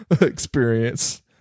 experience